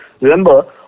remember